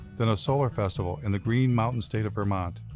than a solar festival in the green mountain state of vermont.